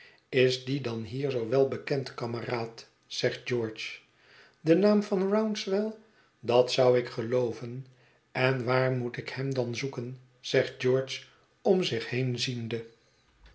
is die dan hier zoo wel bekend kameraad zegt george de naam van rouncewell dat zou ik gelooven en waar moet ik hem dan zoeken zegt george om zich heen ziende